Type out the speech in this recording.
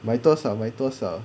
买多少买多少